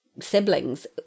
siblings